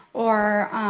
or